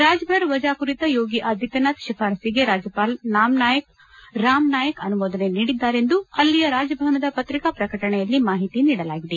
ರಾಜ್ಭರ್ ವಜಾ ಕುರಿತ ಯೋಗಿ ಆದಿತ್ಯನಾಥ್ ಶಿಫಾರಸ್ಸಿಗೆ ರಾಜ್ಯಪಾಲ ರಾಮ್ನಾಯಕ್ ಅನುಮೋದನೆ ನೀಡಿದ್ದಾರೆ ಎಂದು ಅಲ್ಲಿಯ ರಾಜಭವನದ ಪತ್ರಿಕಾ ಪ್ರಕಟಣೆಯಲ್ಲಿ ಮಾಹಿತಿ ನೀಡಲಾಗಿದೆ